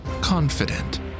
confident